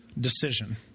decision